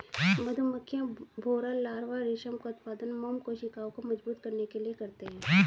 मधुमक्खियां, भौंरा लार्वा रेशम का उत्पादन मोम कोशिकाओं को मजबूत करने के लिए करते हैं